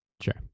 Sure